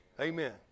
Amen